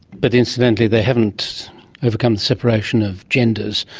but incidentally they haven't overcome the separation of genders.